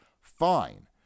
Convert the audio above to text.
fine